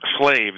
slaves